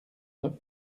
neuf